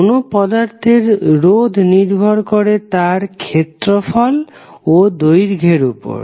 কোন পদার্থের রোধ নির্ভর করে তার ক্ষেত্রফল ও দৈর্ঘ্যের উপর